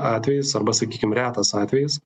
atvejis arba sakykim retas atvejis